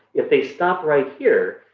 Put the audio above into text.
if they stop right here,